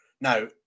Now